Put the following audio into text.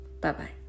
Bye-bye